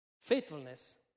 Faithfulness